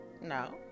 no